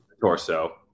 torso